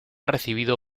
recibido